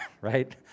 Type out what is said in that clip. right